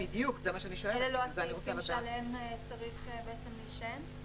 אלו לא הסעיפים שעליהם צריכים להישען?